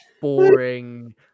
boring